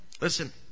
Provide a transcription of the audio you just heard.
Listen